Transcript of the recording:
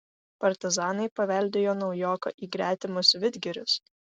partizanai pavedėjo naujoką į gretimus vidgirius